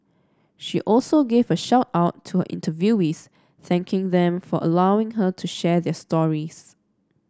she also gave a shout out to her interviewees thanking them for allowing her to share their stories